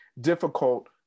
difficult